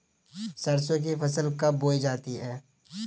सरसों की फसल कब बोई जाती है?